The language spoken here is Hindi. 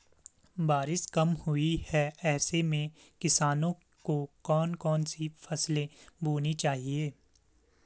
बारिश कम हुई है ऐसे में किसानों को कौन कौन सी फसलें बोनी चाहिए?